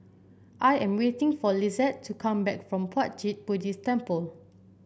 I am waiting for Lisette to come back from Puat Jit Buddhist Temple